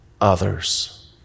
others